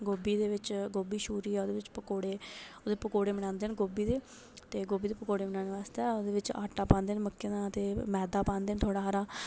गोभी दे बिच गोभी छूरियै ओह्दे बिच पकौड़े ओह्दे पकौड़े बनांदे न गोभी दे ते गोभी दे पकौड़े बनाने आस्तै ओह्दे बिच आटा पांदे न मक्कें दा अते मैदा पांदे न थोह्ड़ा हारा